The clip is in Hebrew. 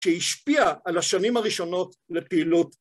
שהשפיע על השנים הראשונות לפעילות.